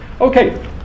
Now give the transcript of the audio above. Okay